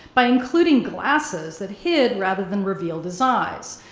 by including glasses that hid, rather than revealed his eyes,